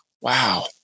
Wow